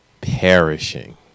perishing